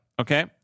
okay